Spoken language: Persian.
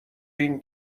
این